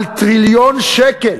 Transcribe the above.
על טריליון שקל,